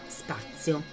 spazio